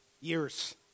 years